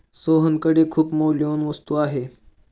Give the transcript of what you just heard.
सोहनकडे खूप मौल्यवान वस्तू आहे